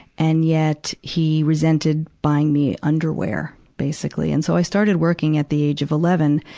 and yet, he resented buying me underwear basically. and so i started working at the age of eleven.